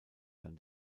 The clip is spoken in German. dann